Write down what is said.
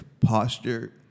Posture